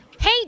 Hey